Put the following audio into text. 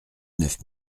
neuf